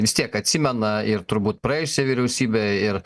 vis tiek atsimena ir turbūt praėjusią vyriausybę ir